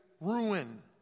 ruin